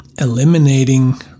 eliminating